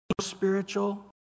spiritual